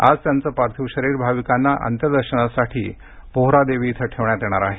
आज त्यांचं पार्थिव शरीर भाविकांना अंत्यदर्शनासाठी पोहरादेवी इथं ठेवण्यात येणार आहे